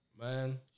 man